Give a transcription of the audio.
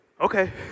Okay